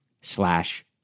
slash